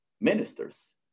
ministers